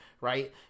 right